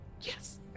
Yes